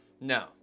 No